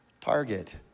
target